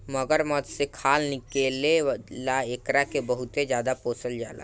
मगरमच्छ से खाल निकले ला एकरा के बहुते ज्यादे पोसल जाला